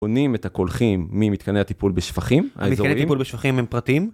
קונים את הקולחים ממתקני הטיפול בשפחים האזוריים? המתקני הטיפול בשפחים הם פרטיים?